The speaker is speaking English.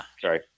sorry